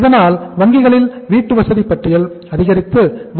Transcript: இதனால் வங்கிகளில் வீட்டுவசதி பட்டியல் அதிகரித்தது